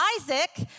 Isaac